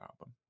album